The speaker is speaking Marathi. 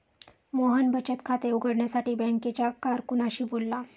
मोहन बचत खाते उघडण्यासाठी बँकेच्या कारकुनाशी बोलला